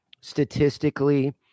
statistically